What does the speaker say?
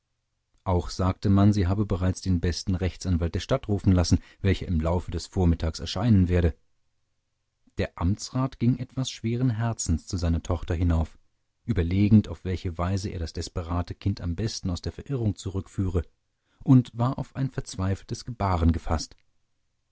auch sagte man sie habe bereits den besten rechtsanwalt der stadt rufen lassen welcher im laufe des vormittags erscheinen werde der amtsrat ging etwas schweren herzens zu seiner tochter hinauf überlegend auf welche weise er das desperate kind am besten aus der verirrung zurückführe und war auf ein verzweifeltes gebaren gefaßt